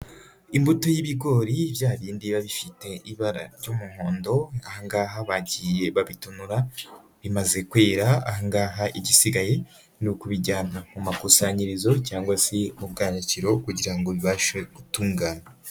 Imbuto y'ibigori byarindiba bifite ibara ry'umuhondo, ahangaha bagiye babitonora, imaze kwera ahangaha igisigaye ni ukubijyana mu makusanyirizo cyangwa se mu bwanikiro kugira ngo ibashe gutungana.